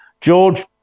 George